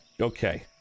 okay